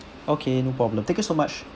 okay no problem thank you so much